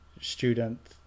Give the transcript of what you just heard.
student